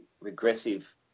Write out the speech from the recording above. regressive